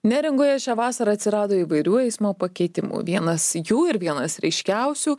neringoje šią vasarą atsirado įvairių eismo pakeitimų vienas jų ir vienas ryškiausių